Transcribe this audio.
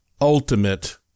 ultimate